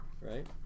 right